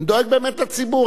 אני דואג באמת לציבור.